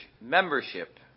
membership